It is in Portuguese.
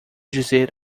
dizer